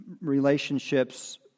relationships